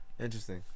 interesting